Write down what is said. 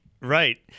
right